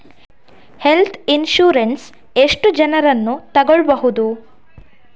Health insurance ಎಷ್ಟು ಜನರನ್ನು ತಗೊಳ್ಬಹುದು?